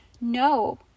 No